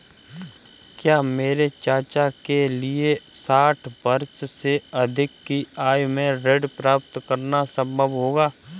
क्या मेरे चाचा के लिए साठ वर्ष से अधिक की आयु में ऋण प्राप्त करना संभव होगा?